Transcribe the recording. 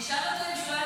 תשאל אותו,